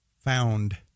found